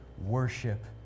worship